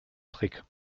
trick